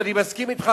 ואני מסכים אתך,